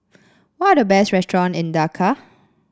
what are the best restaurant in Dakar